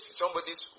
somebody's